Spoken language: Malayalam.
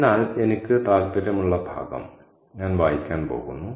അതിനാൽ എനിക്ക് താൽപ്പര്യമുള്ള ഭാഗം ഞാൻ വായിക്കാൻ പോകുന്നു